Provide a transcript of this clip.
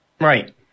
right